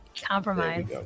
compromise